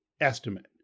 estimate